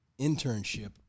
internship